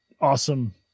awesome